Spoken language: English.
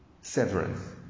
severance